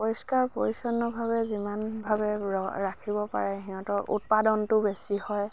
পৰিষ্কাৰ পৰিচ্ছন্নভাৱে যিমানভাৱে ৰাখিব পাৰে সিহঁতৰ উৎপাদনটো বেছি হয়